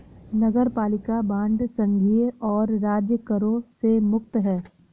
नगरपालिका बांड संघीय और राज्य करों से मुक्त हैं